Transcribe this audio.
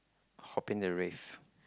hopping the rave